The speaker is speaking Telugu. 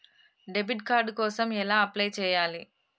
డెబిట్ కార్డు కోసం ఎలా అప్లై చేయాలి?